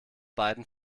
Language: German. beiden